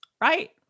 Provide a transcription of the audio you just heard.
Right